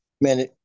man